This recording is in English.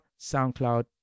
SoundCloud